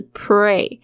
pray